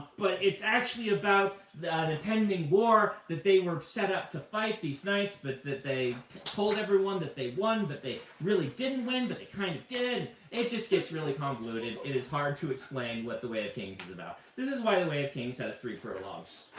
but it's actually about the pending war that they were set up to fight, these knights, but that they told everyone that they won, but they really didn't win, but they kind of did. it just gets really convoluted. it is hard to explain what the way of kings is about. this is why the way of kings has three prologues.